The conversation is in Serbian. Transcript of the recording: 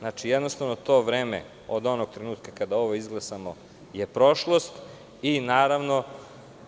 Znači, to vreme, od onog trenutka kada ovo izglasamo, je prošlost i